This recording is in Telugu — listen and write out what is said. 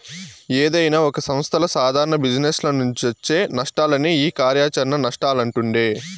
ఏదైనా ఒక సంస్థల సాదారణ జిజినెస్ల నుంచొచ్చే నష్టాలనే ఈ కార్యాచరణ నష్టాలంటుండె